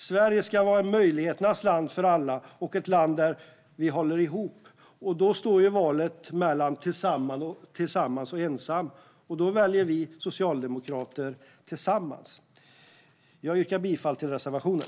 Sverige ska vara möjligheternas land för alla och ett land där vi håller ihop. Valet står mellan tillsammans och ensam, och då väljer vi socialdemokrater tillsammans. Jag yrkar bifall till reservationen.